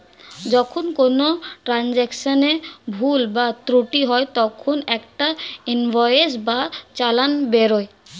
যখন কোনো ট্রান্জাকশনে ভুল বা ত্রুটি হয় তখন একটা ইনভয়েস বা চালান বেরোয়